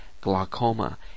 glaucoma